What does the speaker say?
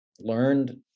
learned